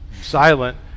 silent